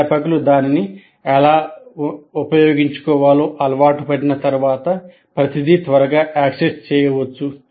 అధ్యాపకులు దానిని ఎలా ఉపయోగించుకోవాలో అలవాటు పడిన తర్వాత ప్రతిదీ త్వరగా యాక్సెస్ చేయవచ్చు